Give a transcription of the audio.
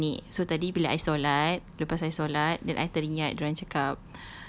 cakap pasal nenek so tadi bila I solat lepas I solat then I teringat dia orang cakap